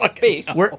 Base